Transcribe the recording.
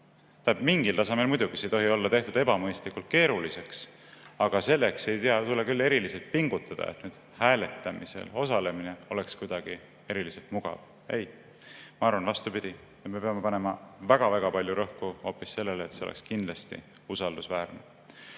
Mingil tasemel muidugi ei tohi see olla tehtud ebamõistlikult keeruliseks, aga selleks ei tule küll eriliselt pingutada, et hääletamisel osalemine oleks kuidagi eriliselt mugav. Ei, ma arvan vastupidi: me peame panema väga palju rõhku hoopis sellele, et kõik oleks kindlasti usaldusväärne.